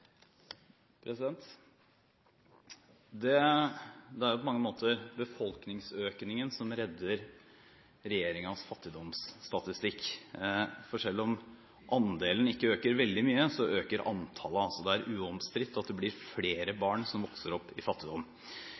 Det er jo på mange måter befolkningsøkningen som redder regjeringens fattigdomsstatistikk. For selv om andelen ikke øker veldig mye, øker antallet. Det er uomstridt at det blir flere barn som vokser opp i fattigdom.